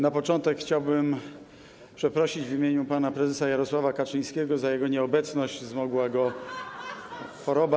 Na początku chciałbym przeprosić w imieniu pana prezesa Jarosława Kaczyńskiego za jego nieobecność, zmogła go choroba.